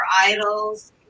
idols